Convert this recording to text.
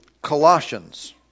Colossians